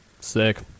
sick